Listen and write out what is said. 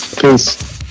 Peace